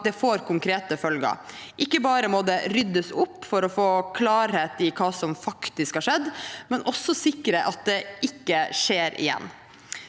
at det får konkrete følger. Ikke bare må det ryddes opp for å få klarhet i hva som faktisk har skjedd; det må også sikres at det ikke skjer igjen.